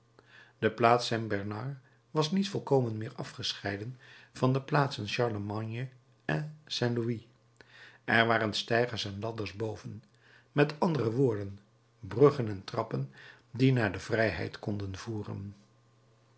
de plaats saint bernard was niet volkomen meer afgescheiden van de plaatsen charlemagne en saint louis er waren steigers en ladders boven met andere woorden bruggen en trappen die naar de vrijheid konden voeren